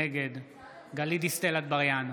נגד גלית דיסטל אטבריאן,